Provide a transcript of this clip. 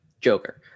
Joker